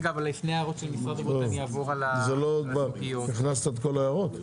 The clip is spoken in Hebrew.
לפני ההערות של משרד הבריאות אני אעבור על --- הכנסת את כל ההערות?